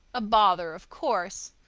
a bother, of course,